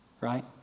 Right